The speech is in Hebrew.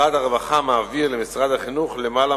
משרד הרווחה מעביר למשרד החינוך למעלה